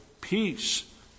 peace